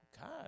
God